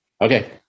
okay